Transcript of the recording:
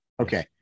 Okay